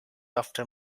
after